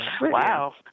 wow